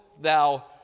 thou